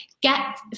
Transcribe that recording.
get